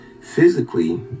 physically